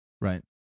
Right